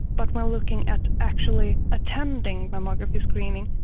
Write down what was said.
but we're looking at actually attending mammography screening,